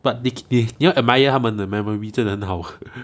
but 你你你要 admire 他们的 memory 真的很好